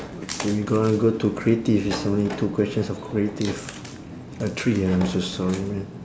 okay we gonna go to creative it's only two questions of creative uh three I'm so sorry man